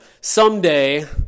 someday